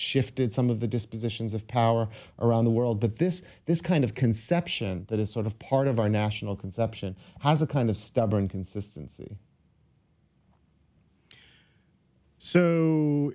shifted some of the dispositions of power around the world but this this kind of conception that is sort of part of our national conception has a kind of stubborn consistency so